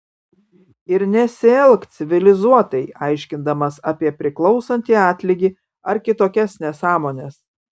ir nesielk civilizuotai aiškindamas apie priklausantį atlygį ar kitokias nesąmones